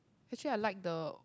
actually I like the